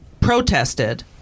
protested